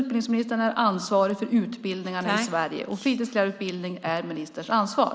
Utbildningsministern är ansvarig för utbildningarna i Sverige, och jag tycker att fritidsledarutbildningen är ministerns ansvar.